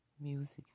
Music